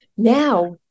Now